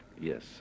Yes